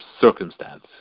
circumstance